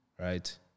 Right